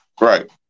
right